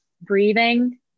breathing